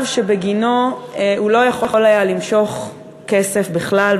שבגינו הוא לא יכול היה למשוך כסף בכלל,